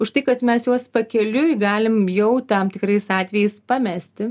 už tai kad mes juos pakeliui galim jau tam tikrais atvejais pamesti